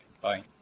Bye